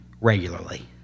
regularly